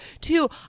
Two